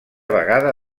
vegada